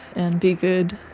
and be good.